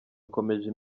akomeje